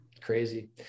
crazy